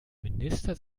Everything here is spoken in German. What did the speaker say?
minister